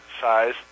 size